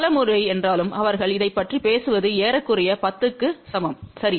பல முறை என்றாலும் அவர்கள் இதைப் பற்றி பேசுவது ஏறக்குறைய 10 க்கு சமம் சரி